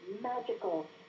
magical